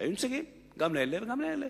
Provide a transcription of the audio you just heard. היו נציגים גם לאלה וגם לאלה.